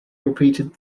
repeated